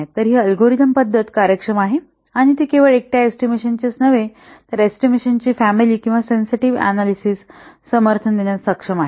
तर ही अल्गोरिदम पद्धत कार्यक्षम आहे आणि ती केवळ एकट्या एस्टिमेशनांच नव्हे तर एस्टिमेशन ची फॅमिली किंवा सेन्सेटिव्ह अनॅलिसिस समर्थन देण्यास सक्षम आहे